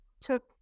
took